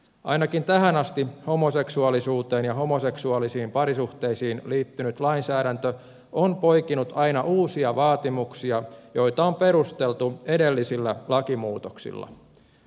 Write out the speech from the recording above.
ainakin tähän asti homoseksuaalisuuteen ja homoseksuaalisiin parisuhteisiin liittynyt lainsäädäntö on poikinut aina uusia vaatimuksia joita on perusteltu edellisillä lakimuutoksilla